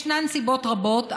ישנן סיבות רבות,